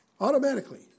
Automatically